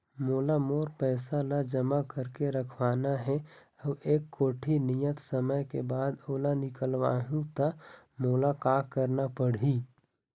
मोला मोर पैसा ला जमा करके रखवाना हे अऊ एक कोठी नियत समय के बाद ओला निकलवा हु ता मोला का करना पड़ही?